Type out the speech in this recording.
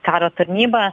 karo tarnybą